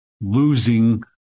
losing